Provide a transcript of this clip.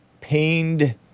pained